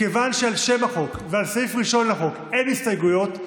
מכיוון שעל שם החוק ועל הסעיף הראשון לחוק אין הסתייגויות,